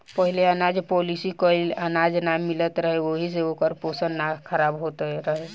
पहिले अनाज पॉलिश कइल अनाज ना मिलत रहे ओहि से ओकर पोषण ना खराब होत रहे